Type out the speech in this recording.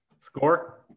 Score